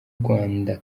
rwanda